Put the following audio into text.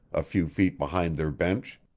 a few feet behind their bench